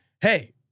Hey